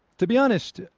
to be honest,